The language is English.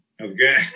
Okay